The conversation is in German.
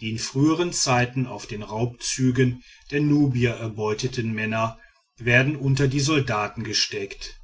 die in frühern zeiten auf den raubzügen der nubier erbeuteten männer werden unter die soldaten gesteckt